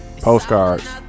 Postcards